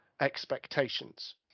expectations